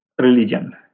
religion